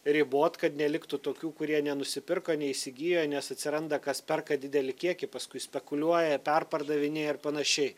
ribot kad neliktų tokių kurie nenusipirko neįsigijo nes atsiranda kas perka didelį kiekį paskui spekuliuoja perpardavinėja ir panašiai